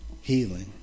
healing